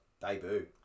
Debut